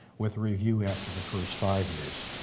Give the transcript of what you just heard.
with review after the first five years.